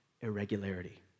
irregularity